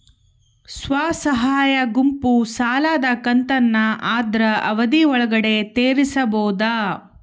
ಸ್ವಸಹಾಯ ಗುಂಪು ಸಾಲದ ಕಂತನ್ನ ಆದ್ರ ಅವಧಿ ಒಳ್ಗಡೆ ತೇರಿಸಬೋದ?